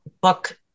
book